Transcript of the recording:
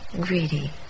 greedy